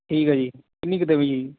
ਠੀਕ ਹੈ ਜੀ ਕਿੰਨੀ ਕੁ ਦੇਈਏ ਜੀ